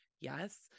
yes